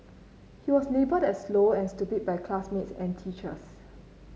he was labelled as slow and stupid by classmates and teachers